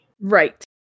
Right